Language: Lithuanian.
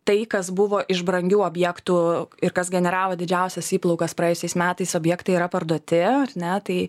tai kas buvo iš brangių objektų ir kas generavo didžiausias įplaukas praėjusiais metais objektai yra parduoti ar ne tai